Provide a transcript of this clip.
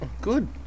Good